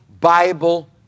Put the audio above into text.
Bible